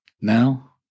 Now